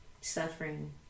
suffering